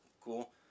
cool